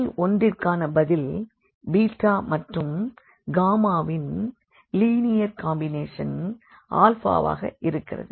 முதல் ஒன்றிற்கான பதில் மற்றும் ன் லீனியர் காம்பினேஷன் ஆக இருக்கிறது